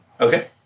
Okay